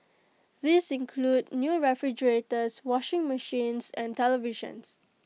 these include new refrigerators washing machines and televisions